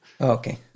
Okay